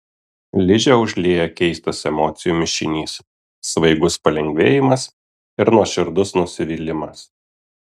ližę užlieja keistas emocijų mišinys svaigus palengvėjimas ir nuoširdus nusivylimas